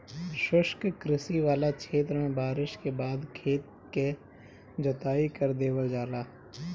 शुष्क कृषि वाला क्षेत्र में बारिस के बाद खेत क जोताई कर देवल जाला